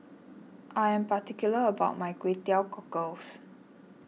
I am particular about my Kway Teow Cockles